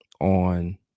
on